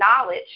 knowledge